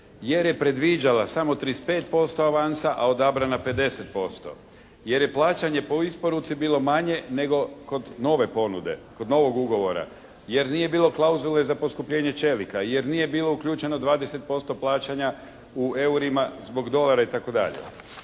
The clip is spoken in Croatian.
jer je predviđala samo 35% avansa, a odabrana 50%. Jer je plaćanje po isporuci bilo manje nego kod nove ponude, kod novog ugovora. Jer nije bilo klauzule za poskupljenje čelika, jer nije bilo uključeno 20% plaćanja u eurima zbog dolara itd.